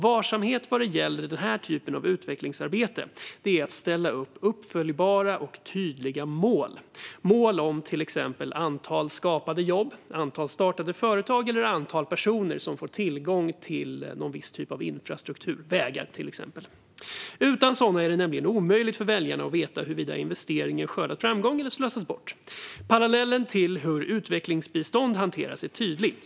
Varsamhet vad gäller denna typ av utvecklingsarbete är att ställa upp uppföljbara och tydliga mål om till exempel antal skapade jobb, antal startade företag eller antal personer som får tillgång till någon typ av infrastruktur, till exempel vägar. Utan sådana mål är det nämligen omöjligt för väljarna att veta huruvida investeringen skördar framgång eller slösas bort. Parallellen till hur utvecklingsbistånd hanteras är tydlig.